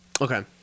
Okay